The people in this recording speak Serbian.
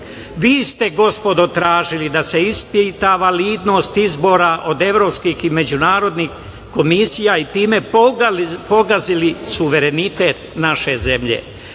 ste, gospodo, tražili da se ispita validnost izbora od evropskih i međunarodnih komisija i time pogazili suverenitet naše zemlje.